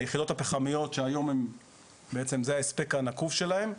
היחידות הפחמיות, שהיום בעצם זה ההספק הנקוב שלהן.